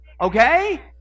okay